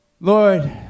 Lord